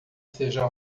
seja